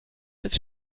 als